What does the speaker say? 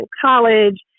college